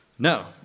No